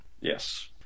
Yes